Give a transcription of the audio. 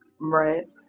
Right